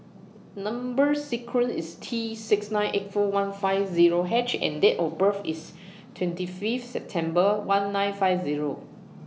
Number sequence IS T six nine eight four one five Zero H and Date of birth IS twenty Fifth September one nine five Zero